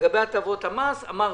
לגבי הטבות המס, אמרתי,